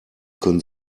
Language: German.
können